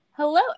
Hello